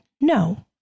No